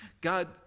God